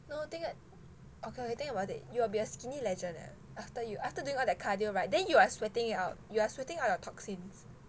no think that okay you think about it you will be a skinny legend leh after you after doing all that cardio [right] then you are sweating it out you are sweating out your toxins